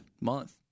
month